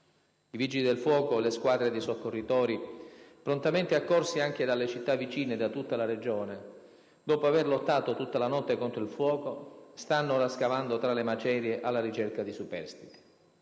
I Vigili del fuoco e le squadre dei soccorritori, prontamente accorsi anche dalle città vicine e da tutta la Regione, dopo aver lottato tutta la notte contro il fuoco, stanno ora scavando tra le macerie alla ricerca di superstiti.